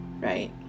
right